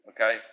okay